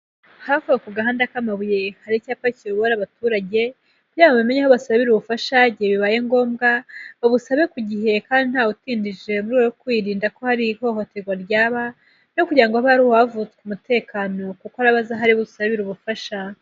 Hafi aho ku gahanda k'amabuye hari icyapa kiyobora abaturage, kugira ngo bamenya aho basabira ubufasha igihe bibaye ngombwa, babusabe ku gihe kandi ntawutindije mu rwego rwo kwirinda ko hari ihohoterwa ryaba, ryo kugira ngo habe hari uwavutse umutekano kuko araba azi aho ari busabire ubufasha.